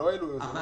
יש מקום להשתפר,